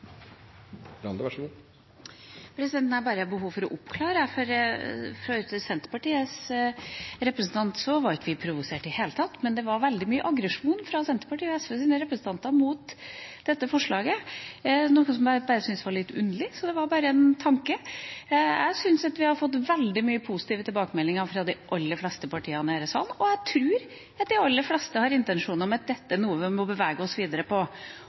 Jeg har bare behov for å oppklare for Senterpartiets representant at vi ikke var provosert i det hele tatt. Men det var veldig mye aggresjon fra Senterpartiets og SVs representanter mot dette forslaget, noe jeg bare syntes var litt underlig. Så det var bare en tanke. Jeg syns at vi har fått veldig mye positive tilbakemeldinger fra de aller fleste partiene i denne salen, og jeg tror at de aller fleste har intensjoner om at dette er noe vi må bevege oss videre på,